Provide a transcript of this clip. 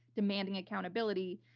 demanding accountability.